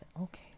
okay